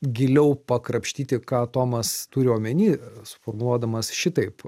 giliau pakrapštyti ką tomas turi omeny suformuluodamas šitaip